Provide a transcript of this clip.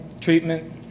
treatment